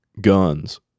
guns